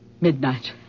Midnight